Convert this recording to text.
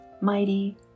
mighty